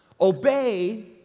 obey